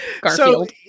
Garfield